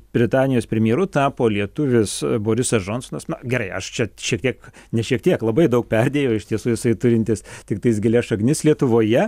britanijos premjeru tapo lietuvis borisas džonsonas na gerai aš čia šiek tiek nes šiek tiek labai daug perdėjau iš tiesų jisai turintis tiktais gilias šaknis lietuvoje